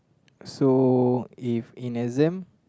so if in exam